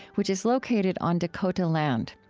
which is located on dakota land.